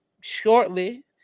shortly